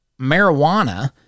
marijuana